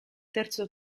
terzo